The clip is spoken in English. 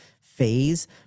phase